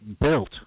built